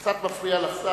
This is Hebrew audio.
זה קצת מפריע לשר,